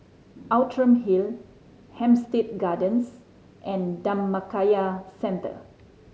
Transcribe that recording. Outram Hill Hampstead Gardens and Dhammakaya Centre